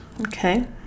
Okay